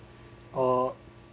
uh